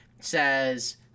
says